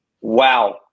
Wow